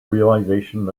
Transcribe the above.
realization